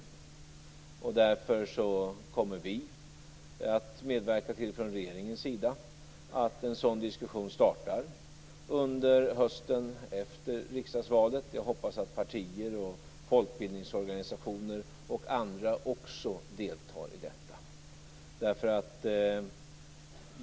Vi kommer därför från regeringens sida att medverka till att en sådan diskussion startar under hösten efter riksdagsvalet. Jag hoppas att partier, folkbildningsorganisationer och även andra deltar i detta.